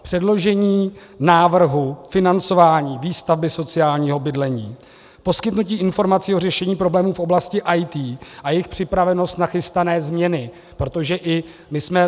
Předložení návrhu financování výstavby sociálního bydlení, poskytnutí informací o řešení problémů v oblasti IT a jejich připravenost na chystané změny, protože i my jsme...